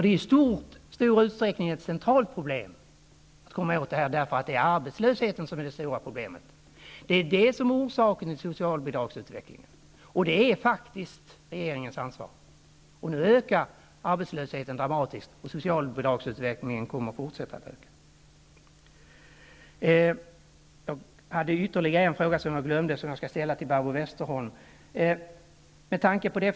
Det är i stor utsträckning ett centralt problem, eftersom det är arbetslösheten som är det stora problemet; det är den som är orsaken till socialbidragsutvecklingen, och den är faktiskt regeringens ansvar. Nu ökar arbetslösheten dramatiskt, och socialbidragen kommer att fortsätta att öka. Jag hade ytterligare en fråga, som jag glömde, att ställa till Barbro Westerholm på handikappområdet.